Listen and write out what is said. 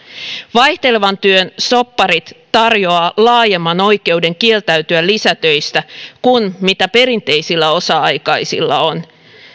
vaihtelevan työn sopparit tarjoavat laajemman oikeuden kieltäytyä lisätöistä kuin mitä perinteisillä osa aikaisilla on